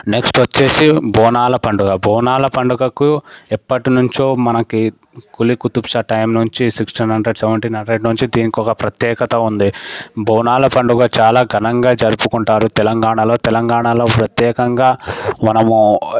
next వచ్చేసి బోనాల పండగ బోనాల పండగకు ఎప్పటి నుంచో మనకి కులీ కుతుబ్షా టైం నుంచి సిక్స్టీన్ హండ్రెడ్ సెవెంటీన్ హండ్రెడ్ నుంచి దీనికి ఒక ప్రత్యేకత ఉంది బోనాల పండగ చాలా ఘనంగా జరుపుకుంటారు తెలంగాణలో తెలంగాణలో ప్రత్యేకంగా మనము